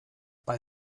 bei